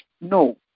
No